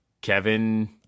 kevin